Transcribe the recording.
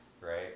right